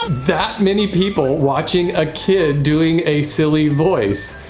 that many people watching a kid doing a silly voice.